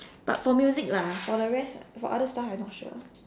but for music lah for the rest for other stuff I not sure